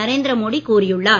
நரேந்திர மோடி கூறியுள்ளார்